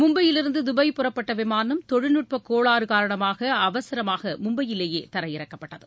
மும்பையிலிருந்து தபாய் புறப்பட்ட விமானம் தொழில்நட்பக் கோளாறு காரணமாக அவசரமாக மும்பையிலேயே தரையிறக்கப்பட்டது